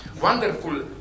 wonderful